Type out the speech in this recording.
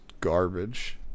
garbage